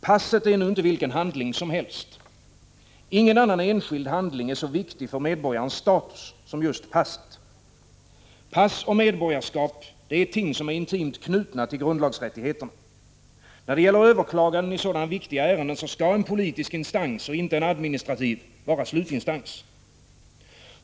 Passet är inte vilken handling som helst. Ingen annan enskild handling är så viktig för medborgarens status som just passet. Pass och medborgarskap är ting som är intimt knutna till grundlagsrättigheterna. När det gäller överklaganden i sådana viktiga ärenden skall en politisk instans, inte en administrativ, vara slutinstans.